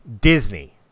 Disney